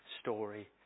story